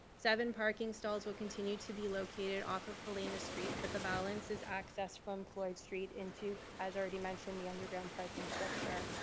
seven parking stalls will continue to be located off of helena street, but the balance is accessed from floyd street into, as already mentioned, the underground parking structure.